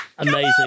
Amazing